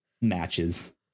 Matches